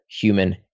human